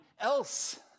else